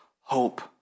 hope